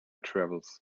travels